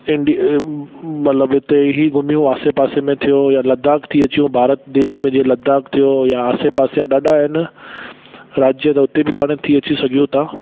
इंड मतलबु उते ई घुमूं आसे पासे में थियो त लद्दाख़ थी अचो भारत देख में जीअं लद्दाख़ थियो यां आसे पासे या ॾाढा आहिनि त उते बि पाण थी अची सघूं था